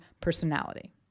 personality